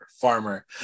farmer